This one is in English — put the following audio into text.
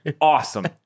awesome